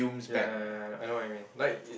ya ya I know what you mean like it